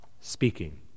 speaking